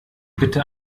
bitte